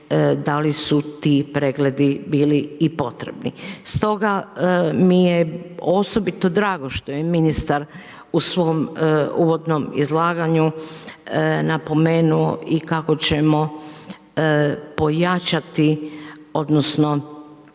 da li su ti pregledi bili i potrebni. Stoga mi je osobito drago što je ministar u svom uvodnom izlaganju napomenuo i kako ćemo pojačati, odnosno